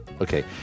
Okay